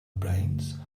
brains